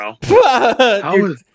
bro